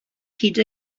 hyd